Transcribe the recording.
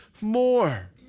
more